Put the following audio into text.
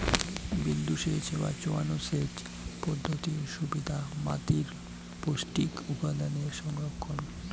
বিন্দুসেচ বা চোঁয়ানো সেচ পদ্ধতির সুবিধা মাতীর পৌষ্টিক উপাদানের সংরক্ষণ